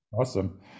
Awesome